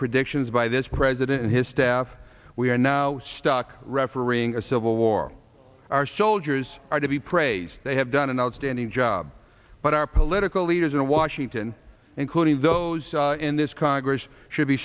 predictions by this president and his staff we are now stuck refereeing a civil war our soldiers are to be praised they have done an outstanding job but our political leaders in washington including those in this congress should be